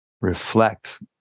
reflect